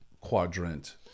quadrant